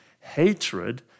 hatred